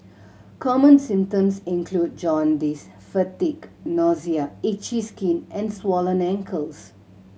common symptoms include jaundice fatigue nausea itchy skin and swollen ankles